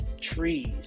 trees